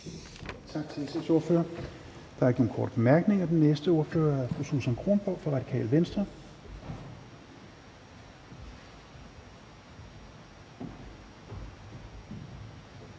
Tak til SF's ordfører. Der er ikke nogen korte bemærkninger. Den næste ordfører er fru Susan Kronborg fra Radikale Venstre.